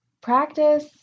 practice